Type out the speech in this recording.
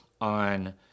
on